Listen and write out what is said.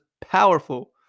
powerful